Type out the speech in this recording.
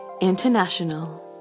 International